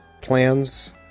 plans